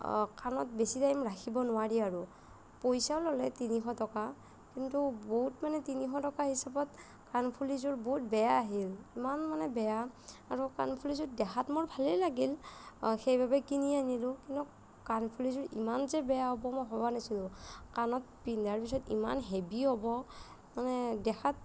কাণত বেছি টাইম ৰাখিব নোৱাৰি আৰু পইচা ল'লে তিনিশ টকা কিন্তু বহুত মানে তিনিশ টকা হিচাপত কাণফুলিযোৰ বহুত বেয়া আহিল ইমান মানে বেয়া আৰু কাণফুলিযোৰ দেখাত মোৰ ভালেই লাগিল সেইবাবে কিনি আনিলোঁ কিন্তু কাণফুলিযোৰ ইমান যে বেয়া হ'ব মই ভবা নাছিলোঁ কাণত পিন্ধাৰ পিছত ইমান হেভি হ'ব মানে দেখাত